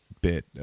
bit